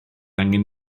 angen